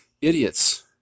idiots